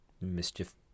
Mischief